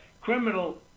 criminal